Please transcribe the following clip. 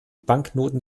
banknoten